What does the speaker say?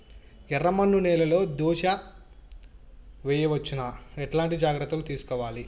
ఎర్రమన్ను నేలలో దోస వేయవచ్చునా? ఎట్లాంటి జాగ్రత్త లు తీసుకోవాలి?